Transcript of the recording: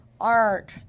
art